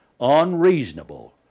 unreasonable